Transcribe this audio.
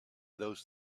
those